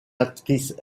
actrice